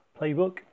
playbook